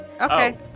Okay